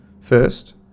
First